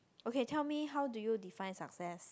okay tell me how do you define success